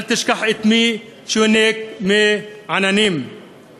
אל תשכח את מי שיונק מי עננים /